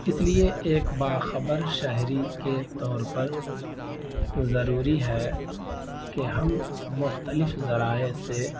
اس لیے ایک باخبر شہری کے طور پر ضروری ہے کہ ہم مختلف ذرائع سے